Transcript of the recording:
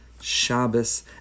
Shabbos